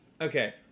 okay